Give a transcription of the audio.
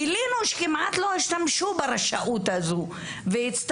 גילינו שכמעט לא השתמשו בנוסח הזה של רשאי והיינו